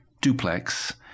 duplex